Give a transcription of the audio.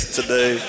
today